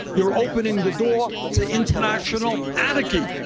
you're opening the door to international anarchy.